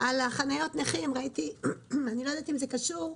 בעניין חניות נכים אני לא יודעת אם זה קשור,